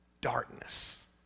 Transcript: darkness